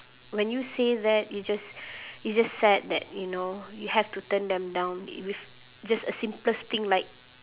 when you say that you just you just sad that you know you have to turn them down with just a simplest thing like